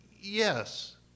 Yes